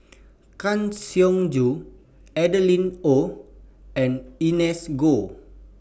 Kang Siong Joo Adeline Ooi and Ernest Goh